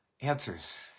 Answers